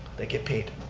they get paid.